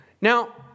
Now